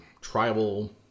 tribal